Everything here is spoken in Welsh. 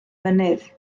mynydd